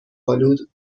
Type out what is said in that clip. آلود